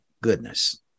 Goodness